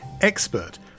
expert